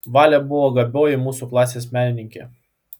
valė buvo gabioji mūsų klasės menininkė